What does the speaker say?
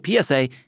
PSA